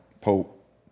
Pope